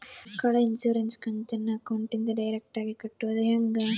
ಮಕ್ಕಳ ಇನ್ಸುರೆನ್ಸ್ ಕಂತನ್ನ ಅಕೌಂಟಿಂದ ಡೈರೆಕ್ಟಾಗಿ ಕಟ್ಟೋದು ಹೆಂಗ?